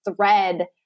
thread